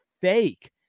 fake